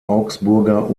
augsburger